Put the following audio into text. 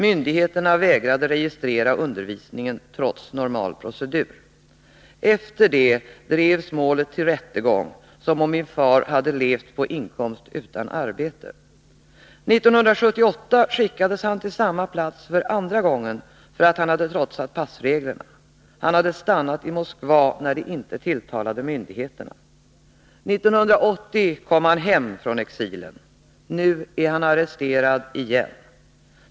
Myndigheterna vägrade att registrera undervisningen, trots normal procedur. Efter det drev de målet till rättegång som om min far hade levt på inkomst utan arbete. 1978 skickades han till samma plats för andra gången för att han hade trotsat passreglerna. Han hade stannat i Moskva, när det inte tilltalade myndigheterna. 1980 kom han hem från exilen. Nu är han arresterad igen.